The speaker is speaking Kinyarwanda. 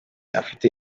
afite